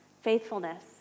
faithfulness